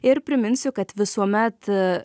ir priminsiu kad visuomet